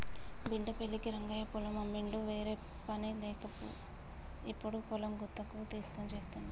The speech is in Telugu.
బిడ్డ పెళ్ళికి రంగయ్య పొలం అమ్మిండు వేరేపని చేయలేక ఇప్పుడు పొలం గుత్తకు తీస్కొని చేస్తుండు